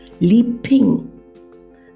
leaping